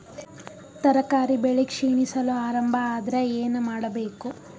ತರಕಾರಿ ಬೆಳಿ ಕ್ಷೀಣಿಸಲು ಆರಂಭ ಆದ್ರ ಏನ ಮಾಡಬೇಕು?